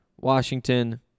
Washington